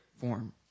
form